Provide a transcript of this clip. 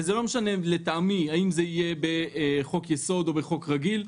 וזה לא משנה לטעמי האם זה יהיה בחוק-יסוד או בחוק רגיל,